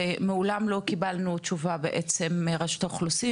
ומעולם לא קיבלנו תשובה בעצם מרשות האוכלוסין,